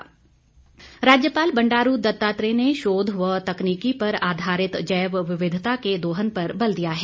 राज्यपाल राज्यपाल बंडारू दत्तात्रेय ने शोध व तकनीकी पर आधारित जैव विविधता के दोहन पर बल दिया है